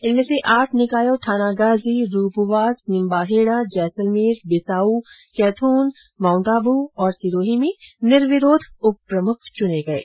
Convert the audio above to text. इनमें से आठ निकायों थानागाजी रूपवास निम्बाहेडा जैसलमेर बिसाऊ कैथ्रन माउन्ट आबू और सिरोही में निर्विरोध उपप्रमुख चुने गये